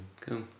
Cool